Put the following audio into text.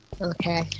Okay